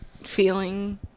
feeling